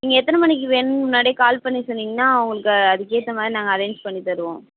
நீங்கள் எத்தனை மணிக்கு வேணும்ன்னு முன்னாடியே கால் பண்ணி சொன்னீங்கன்னா அவங்களுக்கு அதுக்கே ஏற்ற மாதிரி நாங்கள் அரேஞ்ச் பண்ணித்தருவோம்